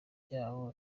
ryanjye